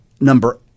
number